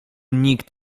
nikt